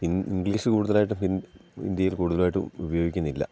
English കൂടുതലായിട്ടും ഇന്ത്യയിൽ കൂടുതലായിട്ടും ഉപയോഗിക്കുന്നില്ല